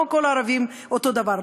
לא כל הערבים אותו דבר,